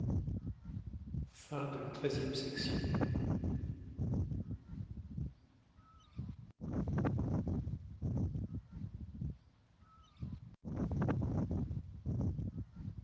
de la terre